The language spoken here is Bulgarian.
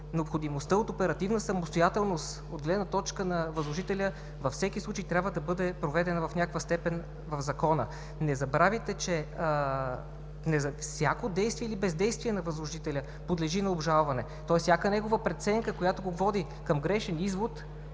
необходимостта от оперативна самостоятелност от гледна точка на възложителя във всеки случай трябва да бъде проведена в някаква степен в Закона. Не забравяйте, че всяко действие или бездействие на възложителя подлежи на обжалване. Тоест всяка негова преценка, която го води към грешен извод,